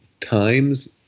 times